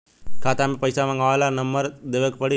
खाता मे से पईसा मँगवावे ला कौन नंबर देवे के पड़ी?